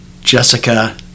Jessica